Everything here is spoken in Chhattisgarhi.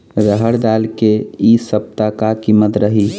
रहड़ दाल के इ सप्ता का कीमत रही?